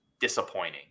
disappointing